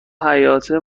حیاطه